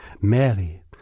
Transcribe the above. Mary